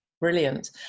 Brilliant